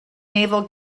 naval